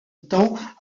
temps